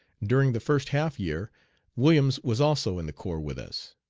during the first half year williams was also in the corps with us.